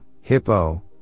hippo